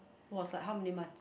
was like how many month